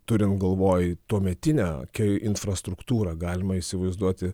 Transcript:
turint galvoj tuometinę infrastruktūrą galima įsivaizduoti